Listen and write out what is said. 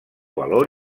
valor